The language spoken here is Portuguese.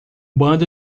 bando